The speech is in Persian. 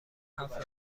هفت